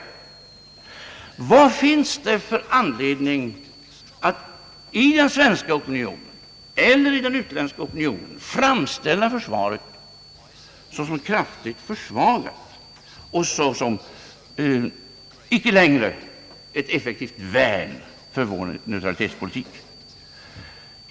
Vad finns det för anledning att i den svenska opinionen eller i den utländska opinionen framställa försvaret såsom kraftigt försvagat och såsom icke längre ett effektivt värn för vår neutralitetspolitik?